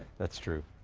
that's true.